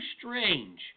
strange